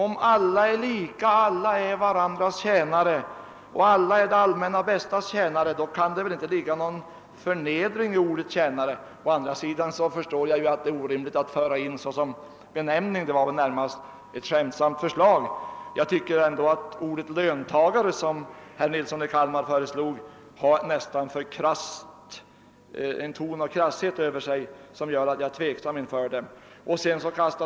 Om alla är lika och alla är varandras och det allmänna bästas tjänare, kan det väl inte ligga något förnedrande i ordet »tjänare». Å andra sidan förstår jag att det är omöjligt att föra in det ordet som benämning — det var väl närmast ett skämtsamt förslag. Jag tycker ändå att ordet »löntagare», som herr Nilsson i Kalmar föreslog, har något krasst över sig, och det gör mig tveksam till det ordet.